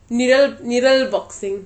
mirror mirror boxing